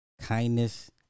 kindness